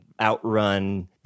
outrun